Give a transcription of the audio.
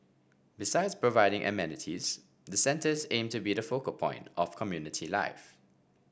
besides providing amenities the centres aim to be the focal point of community life